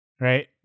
right